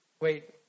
Wait